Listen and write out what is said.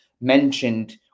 mentioned